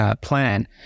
plan